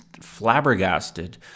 flabbergasted